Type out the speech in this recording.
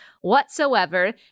whatsoever